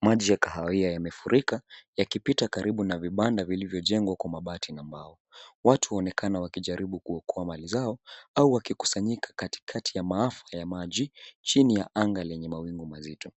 Maji ya kahawia yamefurika yakipita karibu na vibanda vilivyojengwa kwa mabati na mbao. Watu huonekana wakijaribu kuokoa mali zao au wakikusanyika katikati ya maafa ya maji chini ya anga lenye mawingu mazito.